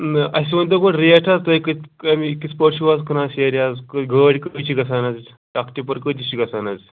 نہَ اَسہِ ؤنۍتَو گۄڈٕ ریٹ حظ تُہۍ کٕتھِ کمہِ آیہِ کِتھٕ پٲٹھۍ چھُو حظ کٕنان سیرِ حظ گٲڑۍ کٔہۍ چھِ گژھان حظ اکھ ٹِپَر کۭتِس چھُ گژھان حظ